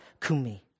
kumi